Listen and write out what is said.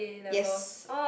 yes